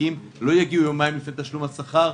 שעסקים לא יגיעו יומיים לפני תשלום השכר,